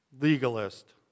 Legalist